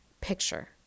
picture